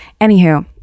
Anywho